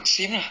same lah